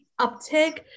uptick